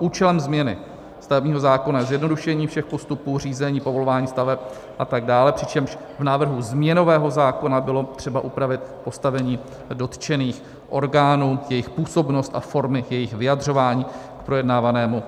Účelem změny stavebního zákona je zjednodušení všech postupů řízení povolování staveb atd., přičemž v návrhu změnového zákona bylo třeba upravit postavení dotčených orgánů, jejich působnost a formy k jejich vyjadřování k projednávanému